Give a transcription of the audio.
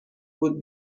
بود